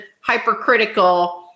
hypercritical